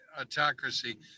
autocracy